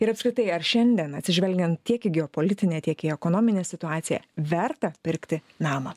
ir apskritai ar šiandien atsižvelgiant tiek į geopolitinę tiek į ekonominę situaciją verta pirkti namą